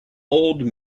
old